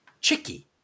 chicky